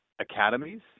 academies